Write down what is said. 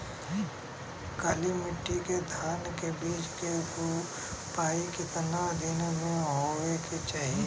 काली मिट्टी के धान के बिज के रूपाई कितना दिन मे होवे के चाही?